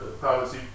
policy